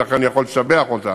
ולכן אני יכול לשבח אותה,